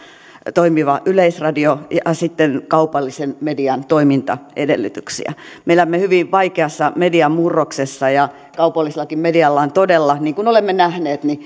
toimiva yleisradio ja sitten kaupallisen median toimintaedellytyksiä me elämme hyvin vaikeassa median murroksessa ja kaupallisellakin medialla on todella niin kuin olemme nähneet